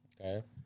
Okay